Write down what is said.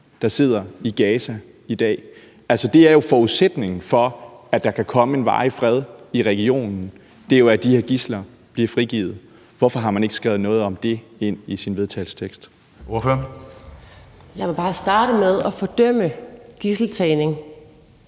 der sidder i Gaza i dag. Altså, forudsætningen for, at der kan komme en varig fred i regionen, er jo, at de her gidsler bliver frigivet. Hvorfor har man ikke skrevet noget om det ind i sin vedtagelsestekst? Kl. 09:22 Tredje næstformand